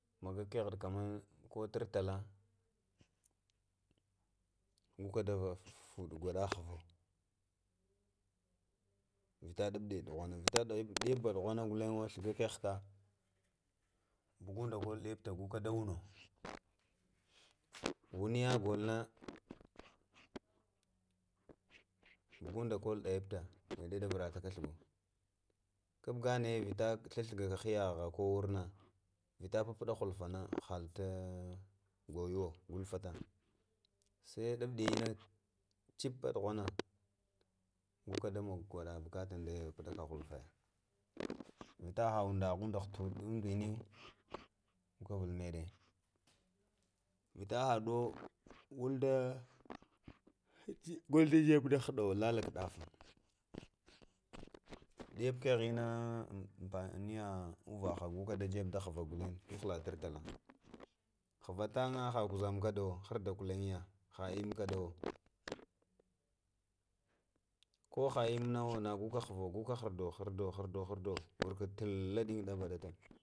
Masa kəghə kanŋnan ko tar tələ go kə də fudo goɗa ghvo vita ghufɗiyə ɗuvanə, vita ɗuyaftunə ghwanŋnunə, bugundə kal nuftə go kə də wano, wunəyəgolnə bugundə kwol ɗufta nago də varətə ghlwa kupgə nəyənə nəgo vitə thathigə hiyəvə go kədə thigəkə wurna vitə pəpuɗə ghal nə həl goyuwo gokə də fətə. Səi ɗufdəyə lunə cuppə oɗuvanə gokə dəmago gwoɗa dəyə puɗəkə halfəyə vitə hə undəvəndə hantantə indini gokə vali meɗe vitə həɗuyo tghul galdəbe də həɗo cələkə ɗəfə diyəf keghe inna ampaniyə uvaha golaə jebe də ghvə ghulənge tuhulə tav talə ghva tənghə hə kwazdni o tidiyə kədəwə kohə immi kədəwo nə goka go kə ghardo, ghərdo ghərdo ghərdo ghəra wərkə tul argaiti.